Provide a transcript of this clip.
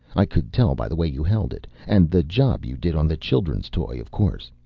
i could tell by the way you held it and the job you did on the children's toy, of course.